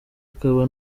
akaba